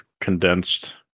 condensed